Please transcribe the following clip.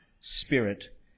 spirit